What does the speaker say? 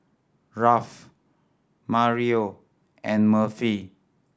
Ralph Mario and Murphy